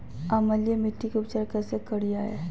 अम्लीय मिट्टी के उपचार कैसे करियाय?